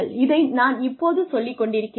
இதை நான் இப்போது சொல்லிக் கொண்டிருக்கிறேன்